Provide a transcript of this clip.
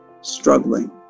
struggling